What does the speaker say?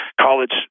college